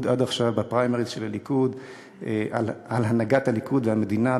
עד עכשיו בפריימריז של הליכוד על הנהגת הליכוד והמדינה,